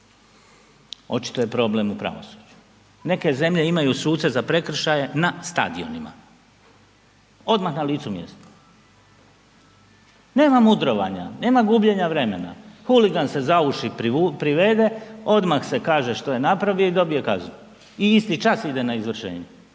Očito je problem u pravosuđu. Neke zemlje imaju suce za prekršaje na stadionima. Odmah na licu mjesta. Nema mudrovanja, nema gubljenja vremena. Huligan se za uši privede, odmah se kaže što je napravio i dobije kaznu. I isti čas ide na izvršenje.